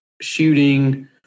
shooting